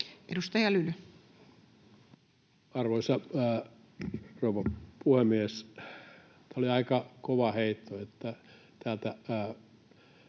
Edustaja Lyly. Arvoisa rouva puhemies! Oli aika kova heitto, että täältä